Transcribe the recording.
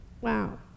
Wow